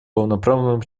полноправным